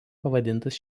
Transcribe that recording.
pavadintas